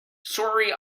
sorry